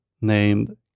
named